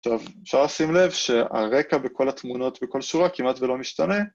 טוב, אפשר לשים לב שהרקע בכל התמונות בכל שורה כמעט ולא משתנה